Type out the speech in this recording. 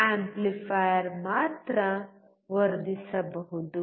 amplifier ಮಾತ್ರ ವರ್ಧಿಸಬಹುದು